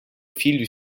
filho